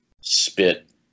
spit